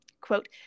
Quote